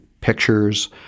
pictures